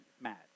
mad